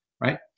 right